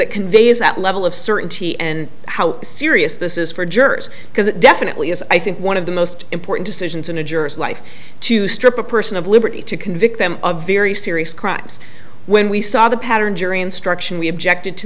it conveys that level of certainty and how serious this is for jurors because it definitely is i think one of the most important decisions in a juror's life to strip a person of liberty to convict them of very serious crimes when we saw the pattern jury instruction we objected to